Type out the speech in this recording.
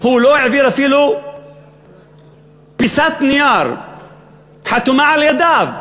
הוא לא העביר אפילו פיסת נייר חתומה על-ידיו,